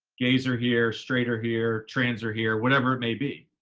gays are here, straight are here, trans are here, whatever it may be.